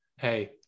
Hey